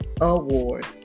award